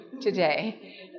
today